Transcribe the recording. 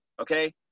okay